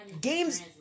games